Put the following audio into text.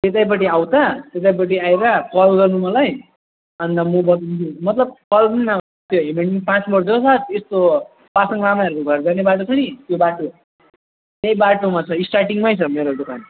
त्यतैपट्टि आऊ त त्यतैपट्टि आएर कल गर्नु मलाई अनि त मतलब कल पनि नगर्नु त्यो पास पर्छ हो यस्तो पासङ लामाहरूको घर जाने बाटो छ नि त्यो बाटो त्यही बाटोमा छ स्टार्टिङमै छ मेरो दोकान